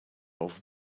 auf